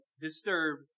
disturb